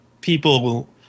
people